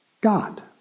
God